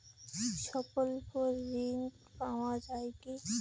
স্বল্প ঋণ পাওয়া য়ায় কি?